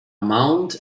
mound